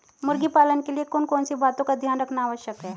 मुर्गी पालन के लिए कौन कौन सी बातों का ध्यान रखना आवश्यक है?